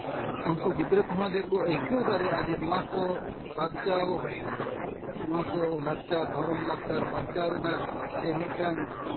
ᱩᱱᱠᱩ ᱜᱤᱫᱽᱨᱟᱹ ᱠᱚᱦᱚᱸ ᱡᱮᱠᱚ ᱟᱹᱭᱠᱟᱹᱣ ᱫᱟᱲᱮᱭᱟᱜᱼᱟ ᱱᱚᱣᱟ ᱠᱚ ᱵᱟᱧᱪᱟᱣ ᱱᱚᱣᱟ ᱠᱚ ᱞᱟᱠᱪᱟᱨ ᱫᱷᱚᱨᱚᱢ ᱞᱟᱠᱪᱟᱨ ᱵᱟᱧᱪᱟᱣ ᱨᱮᱱᱟᱜ ᱡᱮ ᱢᱤᱫᱴᱟᱱ